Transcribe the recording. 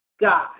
God